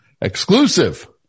exclusive